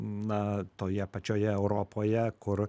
na toje pačioje europoje kur